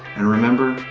and remember,